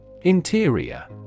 Interior